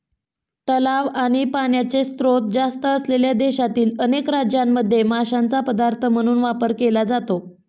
तलाव आणि पाण्याचे स्त्रोत जास्त असलेल्या देशातील अनेक राज्यांमध्ये माशांचा पदार्थ म्हणून वापर केला जातो